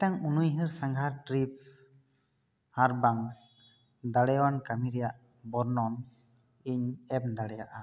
ᱢᱤᱫᱴᱟᱝ ᱚᱱᱚᱭᱦᱟᱹᱨ ᱥᱟᱸᱜᱷᱟᱲ ᱴᱨᱤᱯ ᱟᱨ ᱵᱟᱝ ᱫᱟᱲᱮᱭᱟᱱ ᱠᱟ ᱢᱤ ᱨᱮᱭᱟᱜ ᱵᱚᱨᱱᱚᱱ ᱤᱧ ᱮᱢ ᱫᱟᱲᱮᱭᱟᱜᱼᱟ